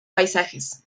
paisajes